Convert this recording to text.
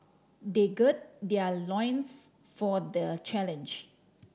they gird their loins for the challenge